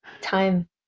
time